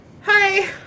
hi